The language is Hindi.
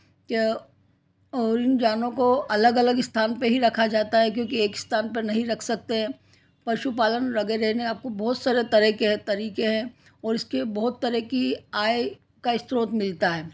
और इन जानों को अलग अलग स्थान पर ही रखा जाता है क्योंकि एक स्थान पर नहीं रख सकते हैं पशु पालन लगे रहने आपको बहुत सारे तरीके तरीके हैं और उसके बहुत तरह की आय का स्रोत मिलता है